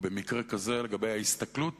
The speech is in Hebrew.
ובמקרה כזה, על ההסתכלות